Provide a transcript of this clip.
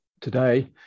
today